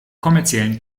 kommerziellen